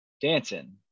dancing